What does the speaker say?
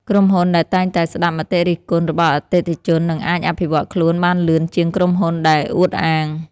ក្រុមហ៊ុនដែលតែងតែស្ដាប់មតិរិះគន់របស់អតិថិជននឹងអាចអភិវឌ្ឍខ្លួនបានលឿនជាងក្រុមហ៊ុនដែលអួតអាង។